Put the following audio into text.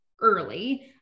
early